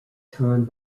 time